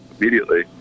immediately